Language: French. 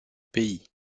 pays